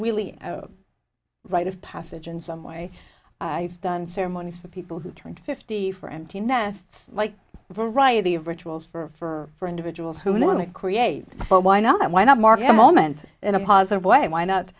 really a rite of passage in some way i've done ceremonies for people who turn fifty for empty nest like a variety of rituals for for for individuals who want to create but why not why not mark the moment in a positive way why not